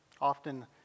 often